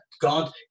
God